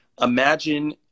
imagine